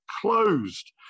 closed